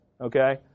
okay